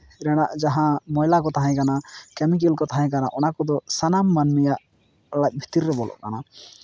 ᱨᱮᱱᱟᱜ ᱡᱟᱦᱟᱸ ᱢᱚᱭᱞᱟ ᱠᱚ ᱛᱟᱦᱮᱸ ᱠᱟᱱᱟ ᱠᱮᱢᱤᱠᱮᱞ ᱠᱚ ᱛᱟᱦᱮᱸ ᱠᱟᱱᱟ ᱚᱱᱟ ᱠᱚᱫᱚ ᱥᱟᱱᱟᱢ ᱢᱟᱹᱱᱢᱤᱭᱟᱜ ᱞᱟᱡ ᱵᱷᱤᱛᱤᱨ ᱨᱮ ᱵᱚᱞᱚᱜ ᱠᱟᱱᱟ